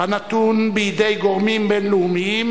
הנתון בידי גורמים בין-לאומיים.